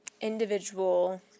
individual